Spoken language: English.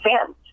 fans